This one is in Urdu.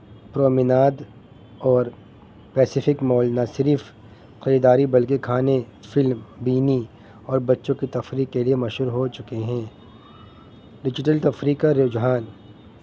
کرومیناد اور پیسفک مول نہ صرف خریداری بلکہ کھانے فلم بینی اور بچوں کی تفریح کے لیے مشہور ہو چکے ہیں ڈیجیٹل تفریح کا رجحان